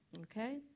Okay